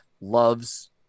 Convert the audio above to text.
loves